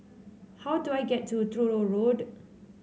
how do I get to Truro Road